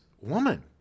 woman